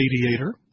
mediator